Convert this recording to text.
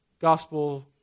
gospel